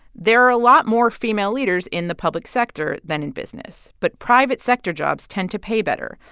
there are a lot more female leaders in the public sector than in business, but private sector jobs tend to pay better.